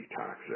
toxic